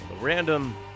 Random